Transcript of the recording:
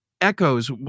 echoes